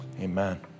Amen